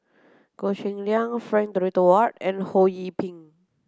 Goh Cheng Liang Frank Dorrington Ward and Ho Yee Ping